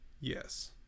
yes